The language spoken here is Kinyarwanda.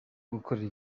gukorera